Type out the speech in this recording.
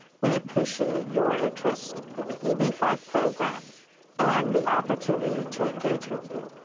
we appreciate your interest in the eb five program and the opportunity to engage with you.